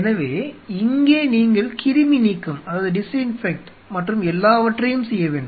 எனவே இங்கே நீங்கள் கிருமி நீக்கம் மற்றும் எல்லாவற்றையும் செய்ய வேண்டும்